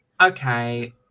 okay